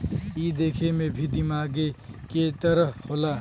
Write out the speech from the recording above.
ई देखे मे भी दिमागे के तरह होला